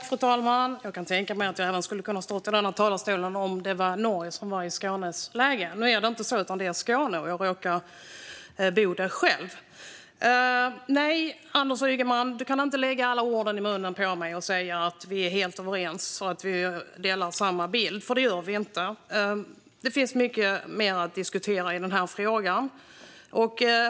Fru talman! Jag kan tänka mig att jag även hade kunnat stå i denna talarstol om det var Norge som var i samma läge som Skåne. Nu är det inte så, utan det gäller Skåne. Och jag råkar bo där. Nej, Anders Ygeman, du kan inte lägga orden i munnen på mig och säga att vi är helt överens och att vi delar samma uppfattning, för det gör vi inte. Det finns mycket mer att diskutera vad gäller denna fråga.